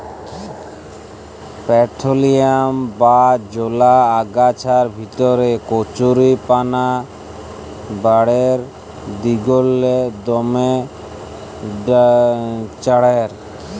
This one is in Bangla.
পার্থেনিয়াম বা জলা আগাছার ভিতরে কচুরিপানা বাঢ়্যের দিগেল্লে দমে চাঁড়ের